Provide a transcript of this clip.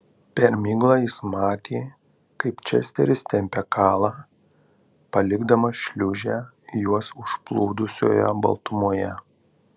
per miglą jis matė kaip česteris tempia kalą palikdamas šliūžę juos užplūdusioje baltumoje